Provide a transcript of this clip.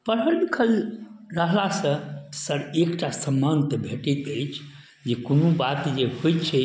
पढ़ल लिखल रहला सऽ सर एकटा सम्मान तऽ भेटैत अछि जे कोनो बात जे होइ छै